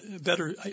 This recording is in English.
better